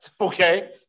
okay